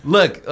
Look